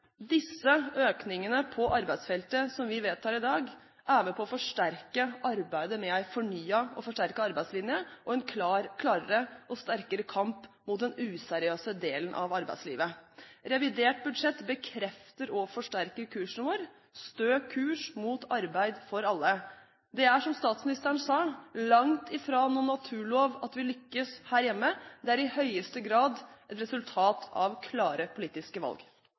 Disse økningene på arbeidsfeltet som vi vedtar i dag, er med på å forsterke arbeidet med en fornyet og forsterket arbeidslinje og en klarere og sterkere kamp mot den useriøse delen av arbeidslivet. Revidert budsjett bekrefter og forsterker kursen vår: Stø kurs mot arbeid for alle. Det er, som statsministeren sa, langt fra noen naturlov at vi lykkes her hjemme, det er i høyeste grad et resultat av klare politiske valg.